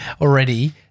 already